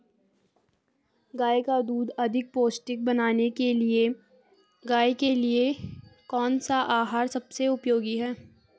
गाय का दूध अधिक पौष्टिक बनाने के लिए गाय के लिए कौन सा आहार सबसे उपयोगी है?